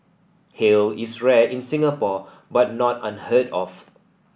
hail is rare in Singapore but not unheard of